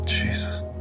Jesus